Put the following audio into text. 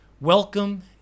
Welcome